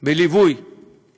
בליווי